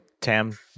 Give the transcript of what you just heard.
Tam